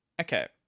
Okay